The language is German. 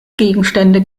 gegenstände